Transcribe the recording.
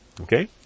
Okay